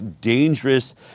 dangerous